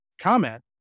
comment